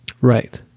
Right